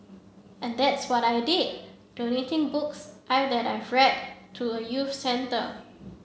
and that's what I did donating books I've to a youth centre